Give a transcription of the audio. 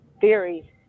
theory